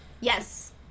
Yes